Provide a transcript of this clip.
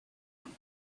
one